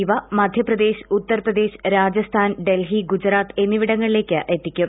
ഇവ മധ്യപ്രദേശ് ഉത്തർ പ്രദേശ് രാജസ്ഥാൻ ഡൽഹി ഗുജറാത്ത് എന്നിവിടങ്ങളിലേക്ക് എത്തിക്കും